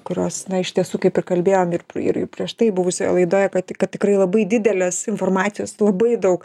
kurios iš tiesų kaip ir kalbėjom ir ir prieš tai buvusioje laidoje kad kad tikrai labai didelės informacijos labai daug